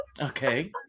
Okay